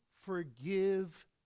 forgive